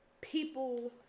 people